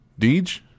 Deej